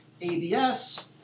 abs